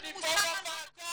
אני עשר שנים בלי תרופה.